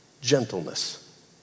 Gentleness